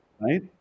Right